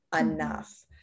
enough